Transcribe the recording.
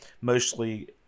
mostly